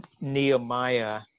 Nehemiah